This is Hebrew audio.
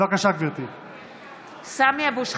(קוראת בשמות חברי הכנסת) סמי אבו שחאדה,